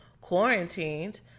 quarantined